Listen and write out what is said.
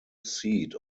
seat